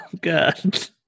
god